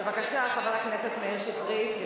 בבקשה, חבר הכנסת מאיר שטרית.